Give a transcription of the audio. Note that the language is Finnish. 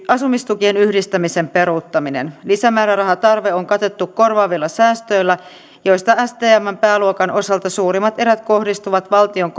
asumistukien yhdistämisen peruuttaminen lisämäärärahatarve on katettu korvaavilla säästöillä joista stmn pääluokan osalta suurimmat erät kohdistuvat valtion